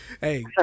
Hey